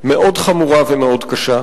מאוד חמורה ומאוד קשה,